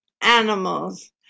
animals